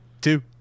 two